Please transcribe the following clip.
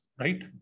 Right